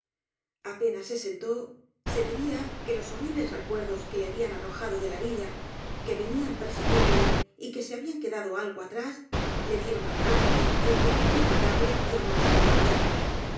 apenas se sentó se diría que los horribles re cuerdos que le habían arrojado de la villa que ve nían persiguiéndole y que se habían quedado algo atrás le dieron alcance y empezaron á picarle y á morderle otra vez